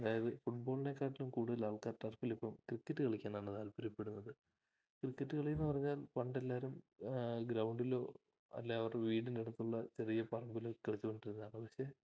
അതായത് ഫുട് ബോളിനെക്കാട്ടിലും കൂടുതലാൾക്കാർ ടർഫിലിപ്പോള് ക്രിക്കറ്റ് കളിക്കാനാണ് താല്പര്യപ്പെടുന്നത് ക്രിക്കറ്റ് കളിയെന്നു പറഞ്ഞാൽ പണ്ടെല്ലാവരും ഗ്രൗണ്ടിലോ അല്ലെങ്കില് അവരുടെ വീടിനടുത്തുള്ള ചെറിയ പറമ്പിലോ കളിച്ചുകൊണ്ടിരുന്നതാണ് പക്ഷേ